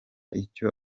icyo